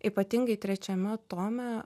ypatingai trečiame tome